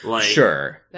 Sure